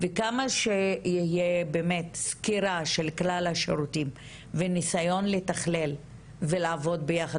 וכמה שתהיה יותר סקירה של כלל השירותים ונסיון לתכלל ולעבוד ביחד,